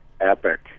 epic